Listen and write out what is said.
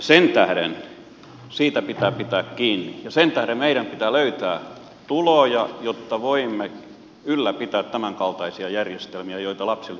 sen tähden siitä pitää pitää kiinni ja sen tähden meidän pitää löytää tuloja jotta voimme ylläpitää tämänkaltaisia järjestelmiä joita lapsilisäjärjestelmäkin on